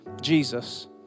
Jesus